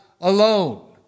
alone